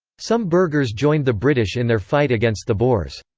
some burghers joined the british in their fight against the boers.